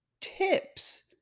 tips